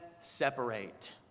separate